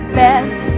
best